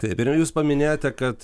taip ir jūs paminėjote kad